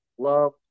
Love